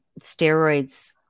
steroids